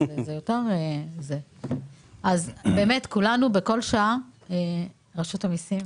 ראינו את רשות המסים